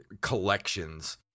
collections